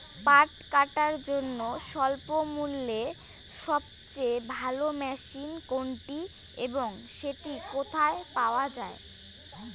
পাট কাটার জন্য স্বল্পমূল্যে সবচেয়ে ভালো মেশিন কোনটি এবং সেটি কোথায় পাওয়া য়ায়?